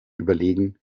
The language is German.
überlegen